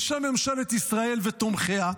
בשם ממשלת ישראל ותומכיה,